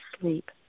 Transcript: sleep